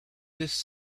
this